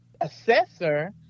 assessor